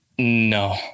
no